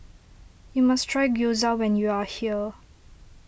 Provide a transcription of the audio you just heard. you must try Gyoza when you are here